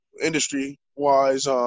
industry-wise